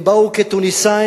הם באו כתוניסאים,